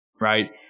right